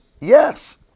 Yes